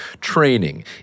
Training